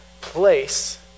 place